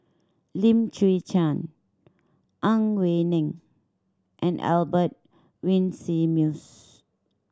Lim Chwee Chian Ang Wei Neng and Albert Winsemius